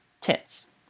tits